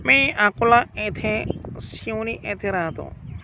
मी अकोला येथे शिवणी येथे राहतो